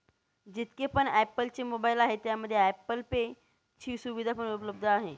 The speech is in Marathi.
जितके पण ॲप्पल चे मोबाईल आहे त्यामध्ये ॲप्पल पे ची सुविधा पण उपलब्ध आहे